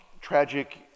tragic